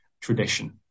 tradition